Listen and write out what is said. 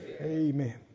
Amen